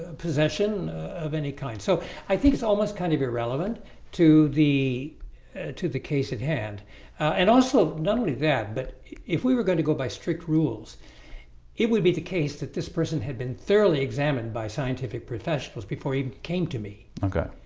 ah possession of any kind so i think it's almost kind of irrelevant to the to the case at hand and also not only that but if we were going to go by strict rules it would be the case that this person had been thoroughly examined by scientific professionals before he came to me okay,